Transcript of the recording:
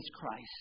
Christ